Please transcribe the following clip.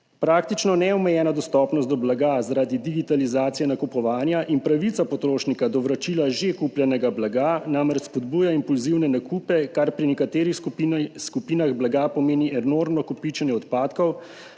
Praktično neomejena dostopnost do blaga zaradi digitalizacije nakupovanja in pravica potrošnika do vračila že kupljenega blaga namreč spodbuja impulzivne nakupe, kar pri nekaterih skupinah blaga pomeni enormno kopičenje odpadkov,